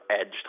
edged